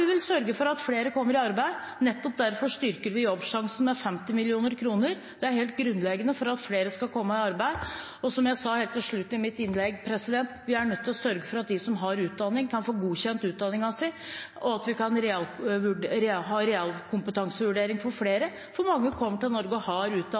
vi vil sørge for at flere kommer i arbeid. Nettopp derfor styrker vi Jobbsjansen med 50 mill. kr. Det er helt grunnleggende for at flere skal komme i arbeid. Og som jeg sa helt til slutt i mitt innlegg: Vi er nødt til å sørge for at de som har utdanning, kan få godkjent utdanningen sin, og at vi kan ha realkompetansevurdering av flere, for